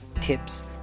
tips